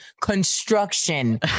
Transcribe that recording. construction